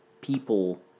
people